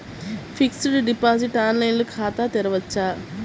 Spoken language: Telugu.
ఫిక్సడ్ డిపాజిట్ ఆన్లైన్ ఖాతా తెరువవచ్చా?